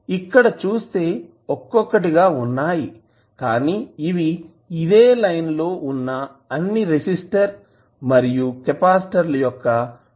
ఇక్కడ చుస్తే ఒక్కొక్కటిగా వున్నాయి కానీ ఇవి ఇదే లైన్ లో వున్న అన్ని రెసిస్టర్ మరియు కెపాసిటర్ల యొక్క మొత్తనికి సమానం